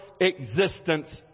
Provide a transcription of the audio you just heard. existence